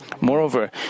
Moreover